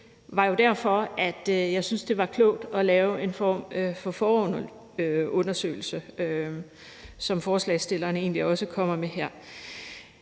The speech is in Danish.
det var jo derfor, jeg syntes, det var klogt at lave en form for forundersøgelse, som forslagsstillerne egentlig også foreslår her.